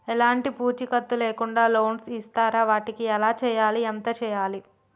ఎలాంటి పూచీకత్తు లేకుండా లోన్స్ ఇస్తారా వాటికి ఎలా చేయాలి ఎంత చేయాలి?